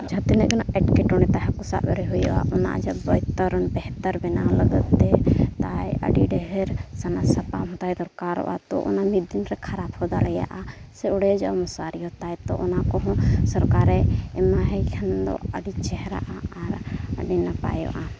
ᱡᱟᱦᱟᱸ ᱛᱤᱱᱟᱹᱜ ᱜᱮ ᱱᱟᱦᱟᱜ ᱮᱴᱠᱮᱴᱚᱬᱮ ᱛᱟᱭ ᱦᱟᱹᱠᱩ ᱥᱟᱵᱨᱮ ᱦᱩᱭᱩᱜᱼᱟ ᱚᱱᱟ ᱵᱳᱭᱛᱚᱨᱚᱱ ᱵᱮᱦᱛᱚᱨ ᱵᱮᱱᱟᱣ ᱞᱟᱹᱜᱤᱫᱛᱮ ᱛᱟᱭ ᱟᱹᱰᱤ ᱰᱷᱮᱨ ᱥᱟᱱᱟ ᱥᱟᱯᱟᱯᱦᱚᱸ ᱛᱟᱭ ᱫᱚᱨᱠᱟᱨᱚᱜᱼᱟ ᱛᱚ ᱚᱱᱟ ᱢᱤᱫ ᱫᱤᱱᱨᱮ ᱠᱷᱟᱨᱟᱯ ᱦᱚᱸ ᱫᱟᱲᱮᱭᱟᱜᱼᱟ ᱥᱮ ᱚᱲᱮᱡᱚᱜᱼᱟ ᱢᱚᱥᱟᱨᱤ ᱦᱚᱸ ᱛᱟᱭ ᱛᱳ ᱚᱱᱟ ᱠᱚᱦᱚᱸ ᱥᱚᱨᱠᱟᱨᱮ ᱮᱢᱟᱣᱟᱭ ᱠᱷᱟᱱ ᱫᱚ ᱟᱹᱰᱤ ᱪᱮᱦᱨᱟᱜᱼᱟ ᱟᱨ ᱟᱹᱰᱤ ᱱᱟᱯᱟᱭᱚᱜᱼᱟ